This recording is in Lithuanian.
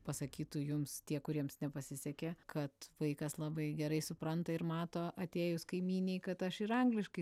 pasakytų jums tie kuriems nepasisekė kad vaikas labai gerai supranta ir mato atėjus kaimynei kad aš ir angliškai